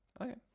Okay